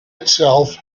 itself